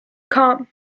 come